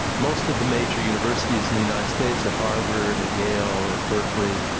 most of the major universities in the united states at harvard, at yale, at berkeley,